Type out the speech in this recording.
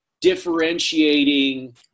differentiating